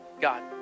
God